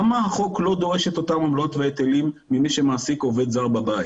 מה החוק לא דורש את אותן עמלות והיטלים ממי שמעסיק עובד זר בבית?